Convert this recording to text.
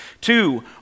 Two